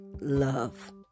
love